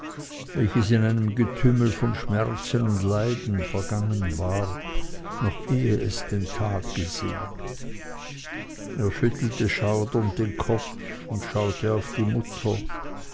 welches in einem getümmel von schmerzen und leiden vergangen war noch eh es den tag gesehen er schüttelte schaudernd den kopf und schaute auf die mutter